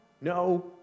no